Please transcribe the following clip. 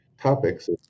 topics